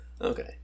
Okay